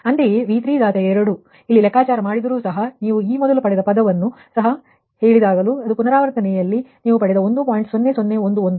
ಅಂತೆಯೇ V32 ನೀವು ಇಲ್ಲಿ ಲೆಕ್ಕಾಚಾರ ಮಾಡಿದರೂ ಸಹ ನೀವು ಈ ಮೊದಲು ಪಡೆದ ಪದವನ್ನು ಸಹ ಹೇಳಿ ಮತ್ತು ಇದು ಮೊದಲ ಪುನರಾವರ್ತನೆಯಲ್ಲಿ ನೀವು ಪಡೆದ 1